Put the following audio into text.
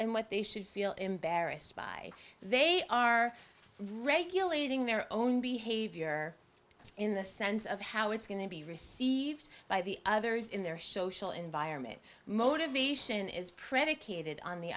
and what they should feel embarrassed by they are regulating their own behavior in the sense of how it's going to be received by the others in their social environment motivation is predicated on the